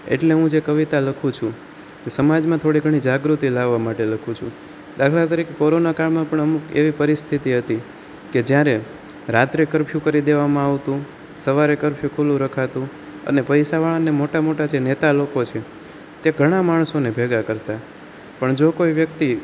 એટલે હું જે કવિતા લખું છું તે સમાજમાં થોડી ઘણી જાગૃતિ લાવવા માટે લખું છું દાખલા તરીકે કોરોનાકાળમાં પણ અમુક એવી પરિસ્થિતિ હતી કે જ્યારે રાત્રે કર્ફ્યુ કરી દેવામાં આવતું સવારે કર્ફ્યુ ખૂલ્લું રખાતું અને પૈસાવાળાને જે મોટા મોટા નેતા લોકો છે તે ઘણા માણસોને ભેગા કરતાં પણ જો કોઈ વ્યક્તિ